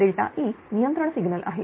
E नियंत्रण signal आहे